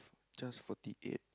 just forty eight